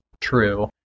true